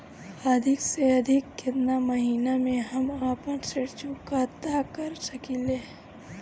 अधिक से अधिक केतना महीना में हम आपन ऋण चुकता कर सकी ले?